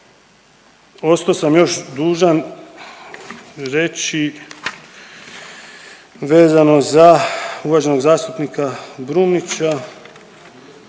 Ostao sam još dužan reći vezano za uvaženog zastupnika Brumnića.